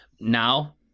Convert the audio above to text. now